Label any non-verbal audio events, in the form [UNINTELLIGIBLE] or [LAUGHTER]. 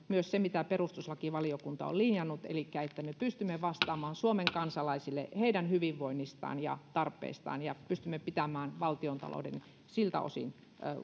[UNINTELLIGIBLE] myös se mitä perustuslakivaliokunta on linjannut elikkä että me pystymme vastaamaan suomen kansalaisille heidän hyvinvoinnistaan ja tarpeistaan ja pystymme pitämään valtiontalouden siltä osin